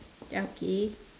okay